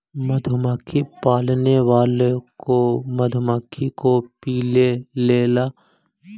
मधुमक्खी पालने वालों को मधुमक्खी को पीले ला प्रशिक्षित करल जा हई